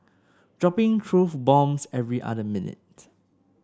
dropping truth bombs every other minute